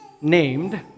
named